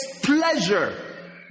pleasure